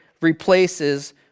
replaces